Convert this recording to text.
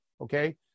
okay